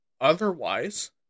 otherwise